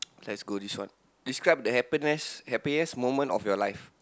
let's go this one describe the happiness happiest moment of your life